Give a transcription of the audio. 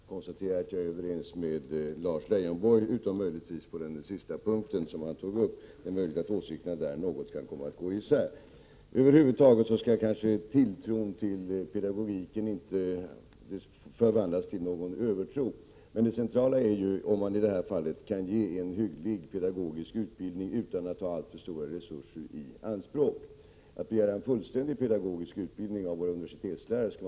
Fru talman! Som så ofta annars kan jag konstatera att jag är överens med Lars Leijonborg, utom möjligtvis på den sista punkten som han tog upp. Det är troligt att åsikterna där kan komma att gå isär. Över huvud taget skall kanske inte tilltron till pedagogiken förvandlas till någon övertro. Det centrala är ju om man, utan att ta alltför stora resurser i anspråk, kan ge en hygglig pedagogisk utbildning. Man skall nog akta sig för att begära en fullständig pedagogisk utbildning av våra universitetslärare. Prot.